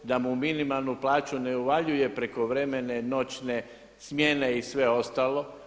Da mu u minimalnu plaću ne uvaljuje prekovremene, noćne smjene i sve ostalo.